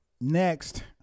Next